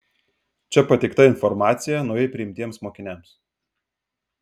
čia pateikta informacija naujai priimtiems mokiniams